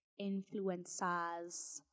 influencers